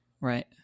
right